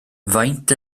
faint